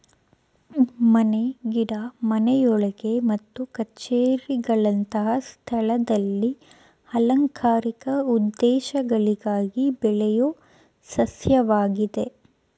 ಮನೆ ಗಿಡ ಮನೆಯೊಳಗೆ ಮತ್ತು ಕಛೇರಿಗಳಂತ ಸ್ಥಳದಲ್ಲಿ ಅಲಂಕಾರಿಕ ಉದ್ದೇಶಗಳಿಗಾಗಿ ಬೆಳೆಯೋ ಸಸ್ಯವಾಗಿದೆ